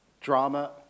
drama